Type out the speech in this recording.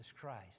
Christ